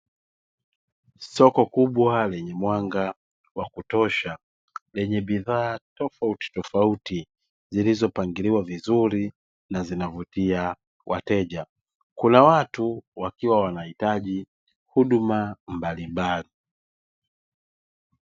Soko kubwa lenye mwanga wa kutosha lenye bidhaa tofautitofauti zilizopangiliwa vizuri na zinavutia wateja, kuna watu wakiwa wanahitaji huduma mbalimbali.